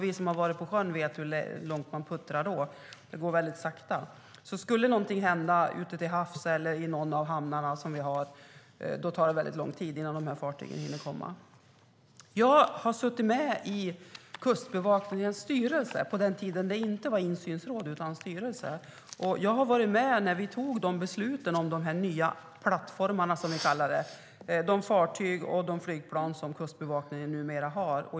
Vi som har varit på sjön vet hur långt man puttrar med den farten; det går väldigt sakta. Skulle någonting hända ute i havs eller i någon av hamnarna tar det väldigt lång tid innan dessa fartyg hinner komma. Jag har suttit med i Kustbevakningens styrelse på den tid det inte var insynsråd utan styrelse. Jag var med när besluten fattades om de plattformar, fartyg och flygplan som Kustbevakningen numera har.